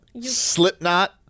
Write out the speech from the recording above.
Slipknot